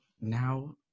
now